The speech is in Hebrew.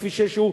בכביש 6,